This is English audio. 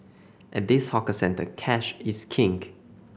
at this hawker centre cash is king